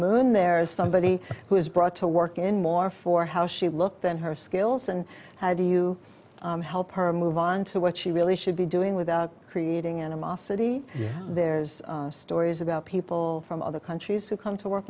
moon there's somebody who's brought to work in more for how she looked than her skills and how do you help her move on to what she really should be doing without creating animosity there's stories about people from other countries who come to work